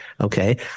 Okay